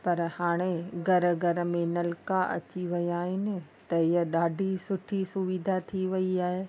पर हाणे घर घर में नलका अची विया आहिनि त इअं ॾाढी सुठी सुविधा थी वेई आहे